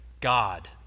God